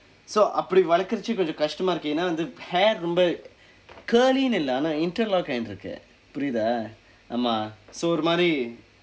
so அப்படி வளர்கிறது கொஞ்சம் கஷ்டமா இருக்கு ஏனா வந்து:appadi valarkirathu konjsam kashtamaa irukku een vandthu hair ரொம்ப:rompa curly-nu இல்லை ஆனா:illai aanaa interlock ஆகிட்டு இருக்கு புரிதா ஆமாம்:aakitdu irukku purithaa aamaam so ஒரு மாதிரி:oru maathiri